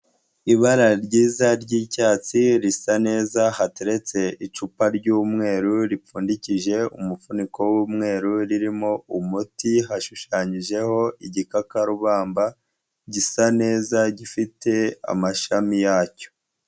Ibara ryiza ry'icyatsi risa neza hateretse icupa ry'umweru ripfundikije umufuniko w'umweru ririmo umuti, hashushanyijeho igikakarubamba gisa neza gifite amashami yacyo.